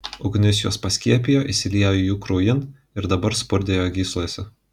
ugnis juos paskiepijo įsiliejo jų kraujin ir dabar spurdėjo gyslose